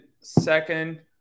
second